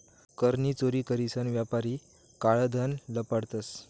कर नी चोरी करीसन यापारी काळं धन लपाडतंस